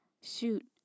Shoot